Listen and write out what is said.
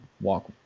walk